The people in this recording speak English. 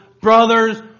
Brothers